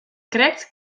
krekt